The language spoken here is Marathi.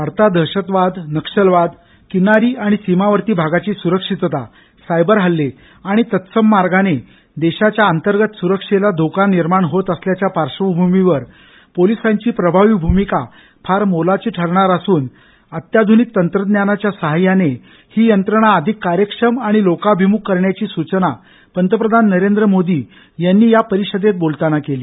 वाढतादहशतवाद नक्षलवाद किनारी आणि सीमावर्ती भागाची सुरक्षितता सायबर हल्ले आणि तत्सम मार्गाने देशाच्या अंतर्गात्र सुरक्षेला धोका निर्माण होत असल्याच्या पार्धभूमीवर पोलिसांची प्रभावी भूमिका फार मोलाची ठरणार असून अत्याधुनिक तंत्रज्ञानाच्या सहाय्याने हि यंत्रणा अधिक कार्यक्षम आणि लोकाभिमुख करण्याची सूचना पंतप्रधान नरेंद्र मोदी यांनी या परिषदेत बोलताना केली